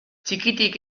txikitik